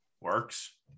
works